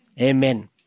Amen